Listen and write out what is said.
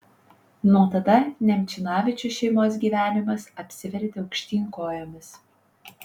nuo tada nemčinavičių šeimos gyvenimas apsivertė aukštyn kojomis